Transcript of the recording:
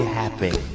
happy